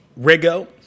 Rigo